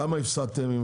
כמה הפסדתם?